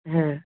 হ্যাঁ